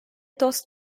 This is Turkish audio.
dost